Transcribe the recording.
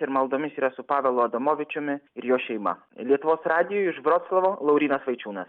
ir maldomis yra su pavelu adamovičiumi ir jo šeima lietuvos radijui iš vroclavo laurynas vaičiūnas